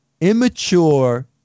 Immature